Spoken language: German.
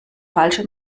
falsche